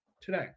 today